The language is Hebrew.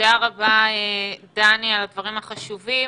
תודה רבה, דני, על הדברים החשובים.